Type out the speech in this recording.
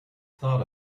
thought